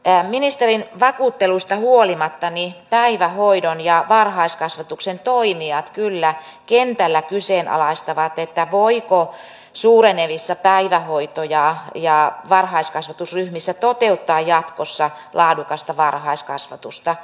ministerin vakuutteluista huolimatta päivähoidon ja varhaiskasvatuksen toimijat kyllä kentällä kyseenalaistavat voiko suurenevissa päivähoito ja varhaiskasvatusryhmissä toteuttaa jatkossa laadukasta varhaiskasvatusta